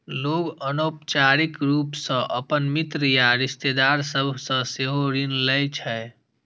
लोग अनौपचारिक रूप सं अपन मित्र या रिश्तेदार सभ सं सेहो ऋण लै छै